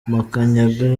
makanyaga